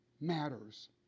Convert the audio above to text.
matters